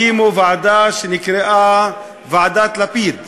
הקימו ועדה שנקראה ועדת לפיד.